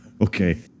Okay